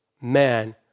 man